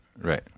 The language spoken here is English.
right